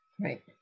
right